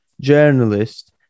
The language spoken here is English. journalist